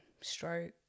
stroke